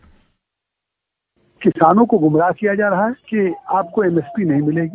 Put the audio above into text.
bite किसानों को गुमराह किया जा रहा है कि आपको एमएसपी नहीं मिलेगी